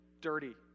dirty